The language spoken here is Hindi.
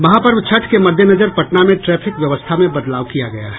महापर्व छठ के मद्देनजर पटना में ट्रैफिक व्यवस्था में बदलाव किया गया है